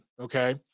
Okay